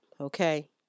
okay